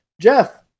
Jeff